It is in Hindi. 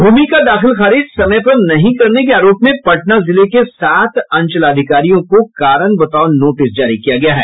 भूमि का दाखिल खारिज समय पर नहीं करने के आरोप में पटना जिले के सात अंचलाधिकारी को कारण बताओ नोटिस जारी किया गया है